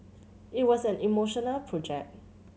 it was an emotional project